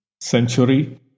century